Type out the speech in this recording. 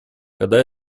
когда